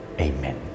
Amen